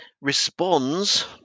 responds